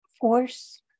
force